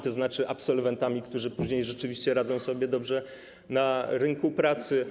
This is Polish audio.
Chodzi tu o absolwentów, którzy później rzeczywiście radzą sobie dobrze na rynku pracy.